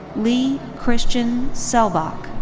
lee christian selbach.